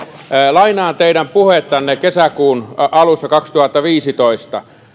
lainaan teidän puhettanne kesäkuun alusta kaksituhattaviisitoista